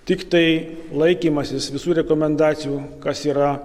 tiktai laikymasis visų rekomendacijų kas yra